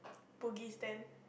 Bugis then